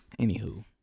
Anywho